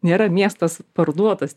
nėra miestas parduotas